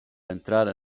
entrare